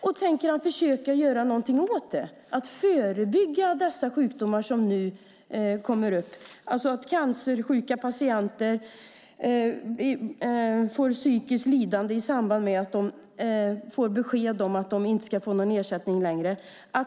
Och tänker han försöka göra något åt detta och förebygga de sjukdomar som nu kommer upp? Cancersjuka patienter får ett psykiskt lidande i samband med att de får besked om att de inte ska få någon ersättning längre.